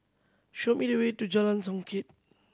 show me the way to Jalan Songket